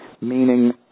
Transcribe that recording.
meaning